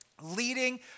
Leading